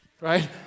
right